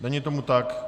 Není tomu tak.